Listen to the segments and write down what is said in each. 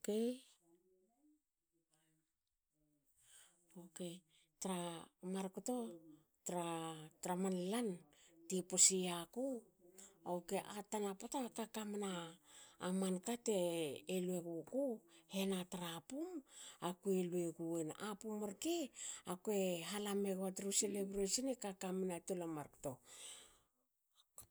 okei tra mar kto tra- tra man lan ti posi yaku okei a tana pote kaka mna amanka te lueguku hena tra pum. akue lueguen. A pum rke akue hala megua tru celebration e kaka mna tol a mar kto.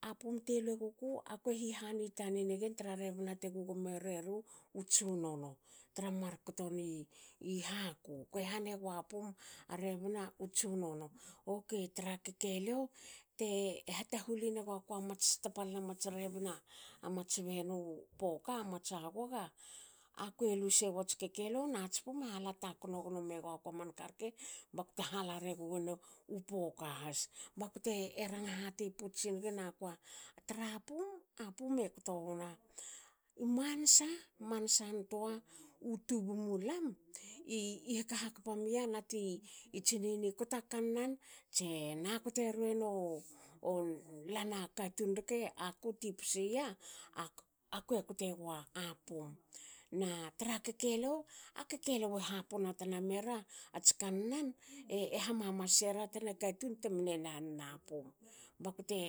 A pom te lueguku akoe hihani tannin egen tra rebna gugmo reru u tsunono, tra mar kto ni haku kue han gua pum a rebna u tsunono. Okei tra kekeliou te hata huline guaku mats tapalan mats rebna mats benu poka mats agoga. akue lu segoats kekeliou nats pum ehala takno gnome guaku manka rke bakte hala reguen u poka has bakute ranga hati puts singi nakua tra pum. a pum e kto wona i mansa, mansantoa u tubu mulam i hak hakpa mia niati i tsiniyen i to kannan tse na koterue no lan a katun rke aku ti psi ya. akue kutegua pum. na tra kekeliou. a kekeliou eha pona tna mera ats kannan e eha ma masera tana katun temne nan na pum. bakute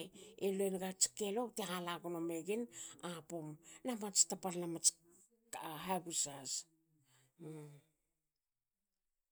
luenagats keliou bte hala gno megin a pum na mats taplan mats habu has